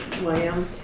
William